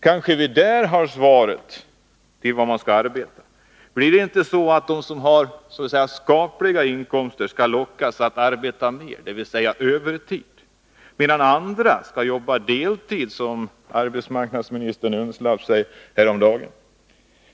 Kanske vi där har svaret på frågan vad man skall arbeta med. Blir det inte så att de som har ”skapliga” inkomster skall lockas att arbeta mer, dvs. övertid, medan andra skall jobba deltid, som arbetsmarknadsministern undslapp sig häromdagen?